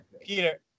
Peter